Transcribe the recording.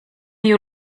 you